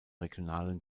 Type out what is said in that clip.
regionalen